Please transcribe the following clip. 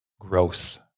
growth